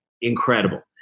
incredible